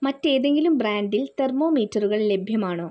മറ്റേതെങ്കിലും ബ്രാൻഡിൽ തെർമോമീറ്ററുകൾ ലഭ്യമാണോ